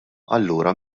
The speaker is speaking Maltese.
allura